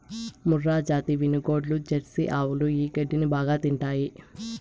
మూర్రాజాతి వినుగోడ్లు, జెర్సీ ఆవులు ఈ గడ్డిని బాగా తింటాయి